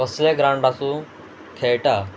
कसले ग्रावंड आसूं खेळटा